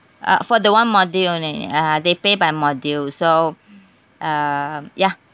uh for the one module only uh they pay by module so uh ya